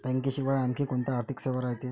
बँकेशिवाय आनखी कोंत्या आर्थिक सेवा रायते?